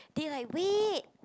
they like wait